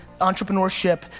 Entrepreneurship